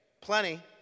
plenty